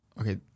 okay